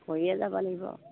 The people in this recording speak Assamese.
কৰিয়ে যাব লাগিব